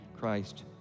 Christ